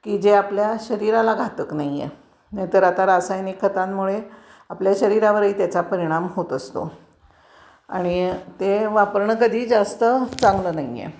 की जे आपल्या शरीराला घातक नाही आहे नाही तर आता रासायनिक खतांमुळे आपल्या शरीरावरही त्याचा परिणाम होत असतो आणि ते वापरणं कधी जास्त चांगलं नाही आहे